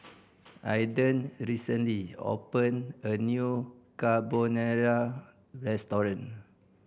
Aidan recently opened a new Carbonara Restaurant